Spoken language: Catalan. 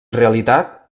realitat